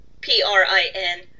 P-R-I-N